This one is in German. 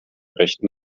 rechten